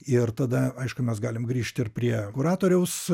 ir tada aišku mes galim grįžti ir prie kuratoriaus